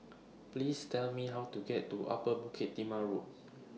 Please Tell Me How to get to Upper Bukit Timah Road